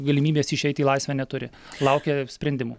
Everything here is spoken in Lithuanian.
galimybės išeiti į laisvę neturi laukia sprendimų